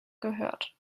gehört